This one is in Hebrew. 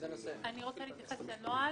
אני רוצה להתייחס לנוהל.